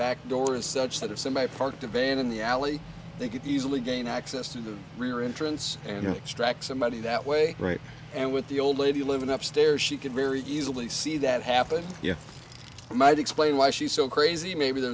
back door is such that of some i parked a van in the alley they could easily gain access to the rear entrance and extract somebody that way right and with the old lady living up stairs she could very easily see that happen you might explain why she's so crazy maybe